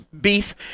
beef